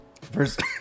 first